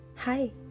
Hi